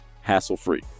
hassle-free